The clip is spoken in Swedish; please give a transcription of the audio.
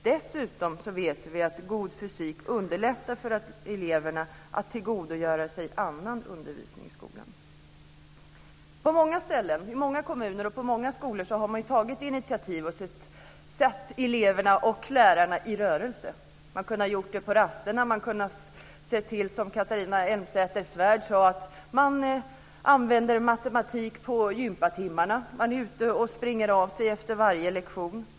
Dessutom vet vi att god fysik underlättar för eleverna att tillgodogöra sig annan undervisning i skolan. I många kommuner och på många skolor har man tagit initiativ och satt eleverna och lärarna i rörelse. De har rört sig på rasterna. De kan, som Catharina Elmsäter-Svärd sade, använda matematik på jympatimmarna. De är ute och springer av sig efter varje lektion.